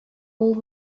all